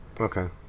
Okay